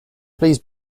please